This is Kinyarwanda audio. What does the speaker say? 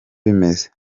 bimeze